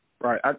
Right